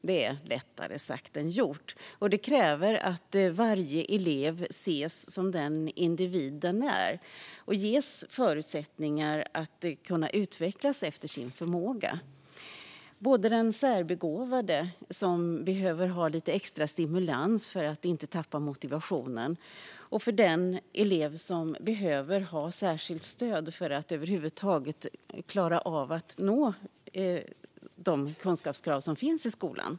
Det är lättare sagt än gjort, och det kräver att varje elev ses som den individ den är och ges förutsättningar att utvecklas efter sin förmåga - även den särbegåvade eleven som behöver extra stimulans för att inte tappa motivationen och eleven som behöver särskilt stöd för att över huvud taget klara av skolans kunskapskrav.